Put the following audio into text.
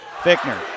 Fickner